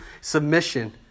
submission